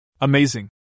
Amazing